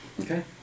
Okay